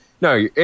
No